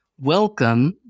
Welcome